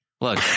look